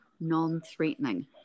non-threatening